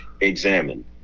examine